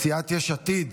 סיעת יש עתיד,